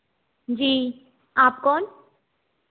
जी आप कौन